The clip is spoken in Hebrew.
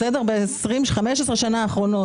ב-15 השנים האחרונות,